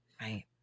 Right